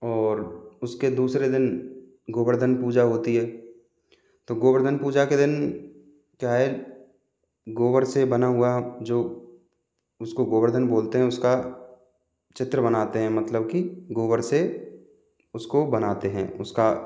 और उसके दूसरे दिन गोवर्धन पूजा होती है तो गोवर्धन पूजा के दिन क्या है गोबर से बना हुआ जो उसको गोवर्धन बोलते हैं उसका चित्र बनाते हैं मतलब की गोबर से उसको बनाते हैं उसका